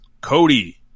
Cody